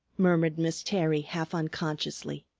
murmured miss terry half unconsciously.